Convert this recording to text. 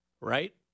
Right